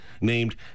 named